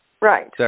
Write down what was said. Right